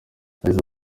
yagize